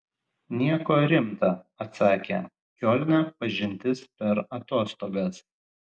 nieko rimta atsakė kiolne pažintis per atostogas